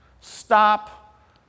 Stop